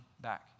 back